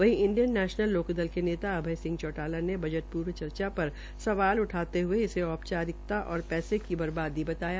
वहीं Indian National Lokdal के नेता अभय सिंह चौटाला ने बजट पूर्व चर्चा पर सवाल उठाते हये इसे औपाचारिकता और पैसे की बर्बादी बताया